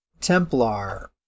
Templar